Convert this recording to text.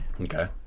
Okay